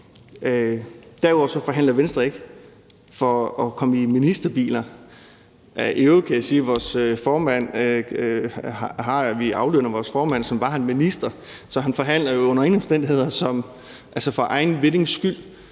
Derudover forhandler Venstre ikke for at få ministerbiler. I øvrigt kan jeg sige, at vi aflønner vores formand, som var han minister, så han forhandler jo under ingen omstændigheder for egen vindings skyld.